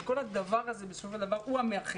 כל הדבר הזה בסופו של דבר הוא המאחד.